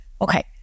Okay